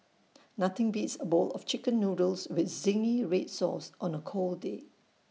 nothing beats A bowl of Chicken Noodles with Zingy Red Sauce on A cold day